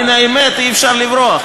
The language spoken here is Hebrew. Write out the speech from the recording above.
אתה ממשיך להסית,